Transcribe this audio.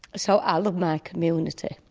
so ah love my community.